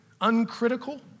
uncritical